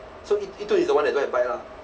so yi~ yitun is the one that don't have bike lah